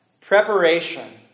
preparation